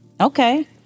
okay